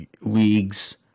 leagues